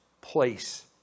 place